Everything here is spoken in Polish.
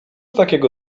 takiego